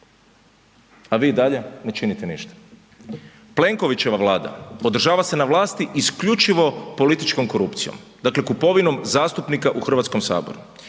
A vi i dalje ne činite ništa. Plenkovićeva Vlada održava se na vlasti isključivo političkom korupcijom, dakle kupovinom zastupnika u Hrvatskom saboru.